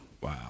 Wow